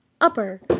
upper